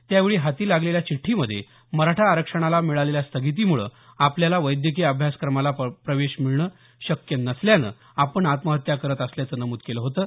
त्यावेळी हाती लागलेल्या चिठ्ठीमध्ये मराठा आरक्षणाला मिळालेल्या स्थगितीमुळं आपल्याला वैद्यकीय अभ्यासक्रमाला प्रवेश मिळणे शक्य नसल्यानं आपण आत्महत्या करत असल्याचं नमूद होतं